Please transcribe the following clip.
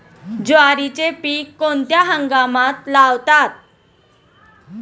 ज्वारीचे पीक कोणत्या हंगामात लावतात?